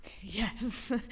Yes